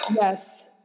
Yes